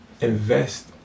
invest